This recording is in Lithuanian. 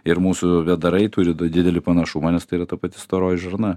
ir mūsų vėdarai turi didelį panašumą nes tai yra ta pati storoji žarna